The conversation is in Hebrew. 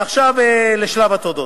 עכשיו, לשלב התודות,